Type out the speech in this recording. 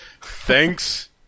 Thanks